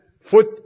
foot